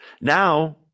Now